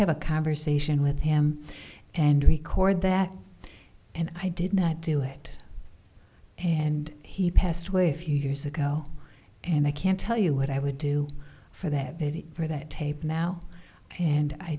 have a conversation with him and record that and i did not do it and he passed away a few years ago and i can't tell you what i would do for that video for that tape now and i